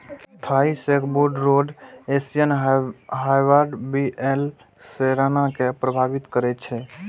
Thai sacbrood रोग Asian hive बी.ए सेराना कें प्रभावित करै छै